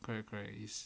correct correct